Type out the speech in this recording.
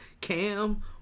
Cam